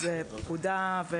פקודה.